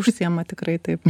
užsiima tikrai taip